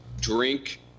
drink